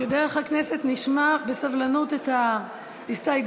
כדרך הכנסת נשמע בסבלנות את ההסתייגויות.